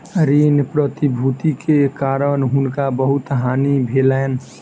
ऋण प्रतिभूति के कारण हुनका बहुत हानि भेलैन